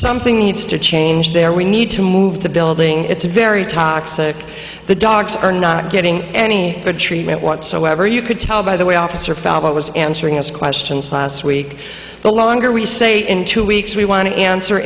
something needs to change there we need to move the building it's very toxic the dogs are not getting any treatment whatsoever you could tell by the way officer fell but was answering us questions last week the longer we say in two weeks we want to answer